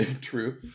True